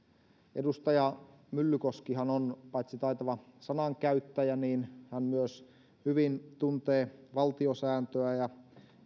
edustaja myllykoski on taitava sanankäyttäjä hän myös hyvin tuntee valtiosääntöä ja hän